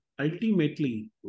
ultimately